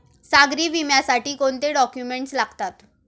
सागरी विम्यासाठी कोणते डॉक्युमेंट्स लागतात?